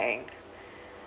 bank